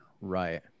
Right